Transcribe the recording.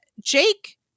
Jake